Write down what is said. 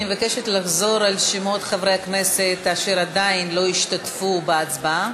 אני מבקשת לחזור על שמות חברי הכנסת אשר עדיין לא השתתפו בהצבעה.